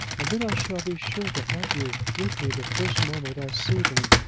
and then i shall be sure to have you with me the first moment i see them.